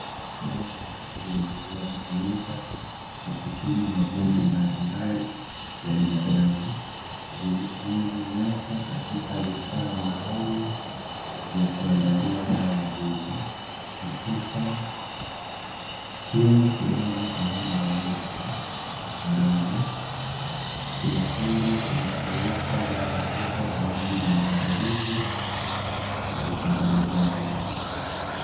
Dawa za asili zinazotumika kwa kutibu magonjwa mbalimbali ya binadamu polisi kuangalia dawa hizo mwisho mwisho kidogo pamoja na mwichi mdogo wa dawa kwa ajili ya maanda lizi ya utengenezaji wake